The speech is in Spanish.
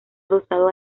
adosado